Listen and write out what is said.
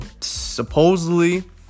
supposedly